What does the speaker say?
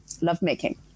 lovemaking